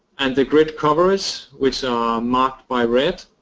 and the grid covers which are marked by red.